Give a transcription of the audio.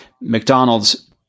McDonald's